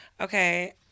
Okay